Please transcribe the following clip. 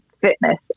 fitness